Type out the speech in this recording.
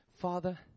Father